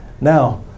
Now